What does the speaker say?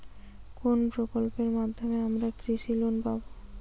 কোন প্রকল্পের মাধ্যমে আমরা কৃষি লোন পাবো?